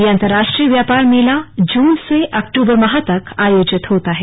यह अंतर्राष्ट्रीय व्यापार मेला जून से अक्टूबर माह तक आयोजित होता है